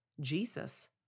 Jesus